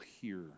hear